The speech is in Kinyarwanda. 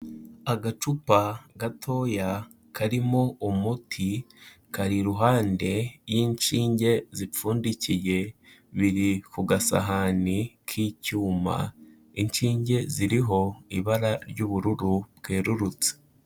Agacupa gatoya karimo umuti kari iruhande y'inshinge zipfundikiye, biri ku gasahani k'icyuma, inshinge ziriho ibara ry'ubururu bwerurutse.